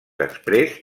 exprés